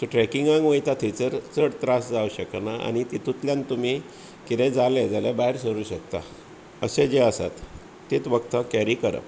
so ट्रॅकिंगाक वयता थंयसर चड त्रास जावंक शकनात आनी तेतुंतल्यान तुमी कितेंय जालें जाल्यार भायर सरूंक शकतात अशें जें आसा तेंच वखदां कॅरी करप